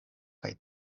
kaj